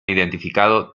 identificado